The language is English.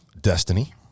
Destiny